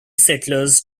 settlers